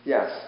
Yes